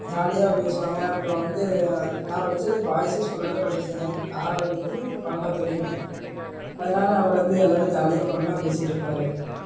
ஜாலியாக பேசுவாங்க அப்புறம் வந்து நான் படித்தது பாய்ஸஸ் ஸ்கூலில் தான் படித்தேன் ஆறாவதுலேருந்து பன்னெண்டாவது வரையும் அதனால் அவர் வந்து எல்லாம் ஜாலியாக ஃபன்னாக பேசிகிட்டு இருப்பார்